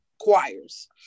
choirs